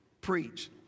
preach